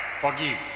forgive